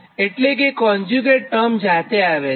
એટલે કે conjugate term જાતે આવે છે